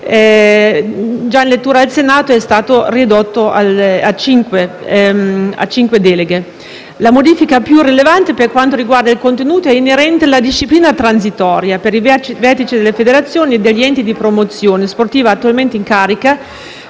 limite stabilito dalla legge, invece, è 5. La modifica più rilevante per quanto riguarda il contenuto è inerente alla disciplina transitoria per i vertici delle federazioni e degli enti di promozione sportiva attualmente in carica,